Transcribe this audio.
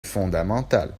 fondamental